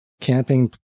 camping